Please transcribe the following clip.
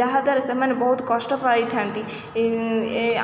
ଯାହାଦ୍ୱାରା ସେମାନେ ବହୁତ କଷ୍ଟ ପାଇଥାନ୍ତି